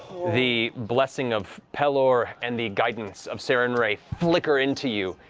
the blessing of pelor and the guidance of sarenrae flicker into you,